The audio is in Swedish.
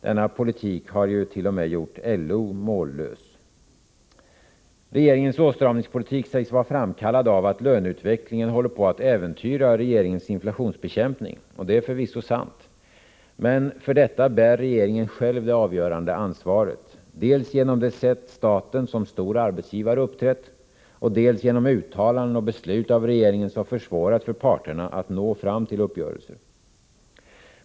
Denna politik har t.o.m. gjort LO mållös. Regeringens åtstramningspolitik sägs vara framkallad av att löneutvecklingen håller på att äventyra regeringens inflationsbekämpning. Det är förvisso sant. Men för detta bär regeringen själv det avgörande ansvaret, dels genom det sätt som staten som stor arbetsgivare har uppträtt på, dels genom uttalanden och beslut av regeringen som har försvårat för parterna att nå uppgörelser.